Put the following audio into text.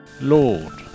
Lord